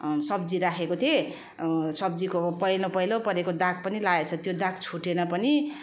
सब्जी राखेको थिएँ सब्जीको पहेँलो पहेँलो परेको दाग पनि लागेको छ त्यो दाग छुटेन पनि